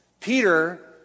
Peter